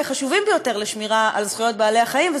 החשובים ביותר לשמירה על זכויות בעלי-החיים,